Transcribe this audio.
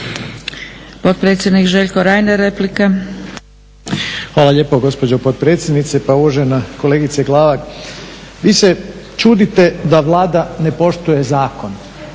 **Reiner, Željko (HDZ)** Hvala lijepo gospođo potpredsjednice. Pa uvažena kolegice Glavak, vi se čudite da Vlada ne poštuje zakon.